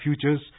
Futures